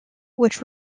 which